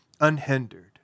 unhindered